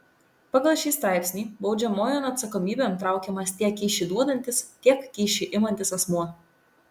pagal šį straipsnį baudžiamojon atsakomybėn traukiamas tiek kyšį duodantis tiek kyšį imantis asmuo